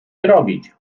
zrobić